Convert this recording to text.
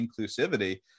inclusivity